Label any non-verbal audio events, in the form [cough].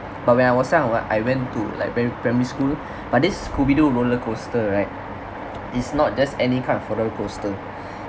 but when I was seven what I went to like prim~ primary school [breath] but this scooby doo roller coaster right is not just any kind of roller coaster [breath]